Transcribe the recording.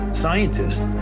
scientists